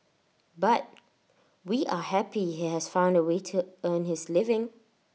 but we are happy he has found A way to earn his living